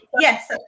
yes